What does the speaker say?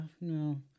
no